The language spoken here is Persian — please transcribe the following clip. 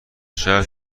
شهر